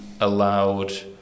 allowed